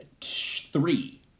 three